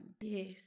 Yes